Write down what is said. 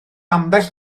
ambell